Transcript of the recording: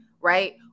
right